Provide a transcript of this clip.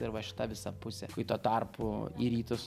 ir va šita visa pusė kai tuo tarpu į rytus